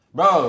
Bro